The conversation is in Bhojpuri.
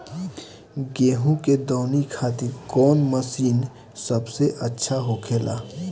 गेहु के दऊनी खातिर कौन मशीन सबसे अच्छा होखेला?